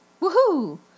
Woohoo